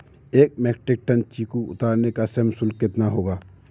एक metric ton चीकू उतारने का श्रम शुल्क कितना होगा?